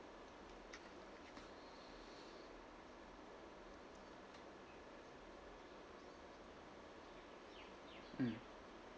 mm